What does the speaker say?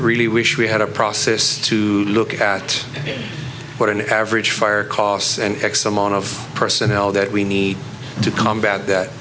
really wish we had a process to look at what an average fire costs and x amount of personnel that we need to combat that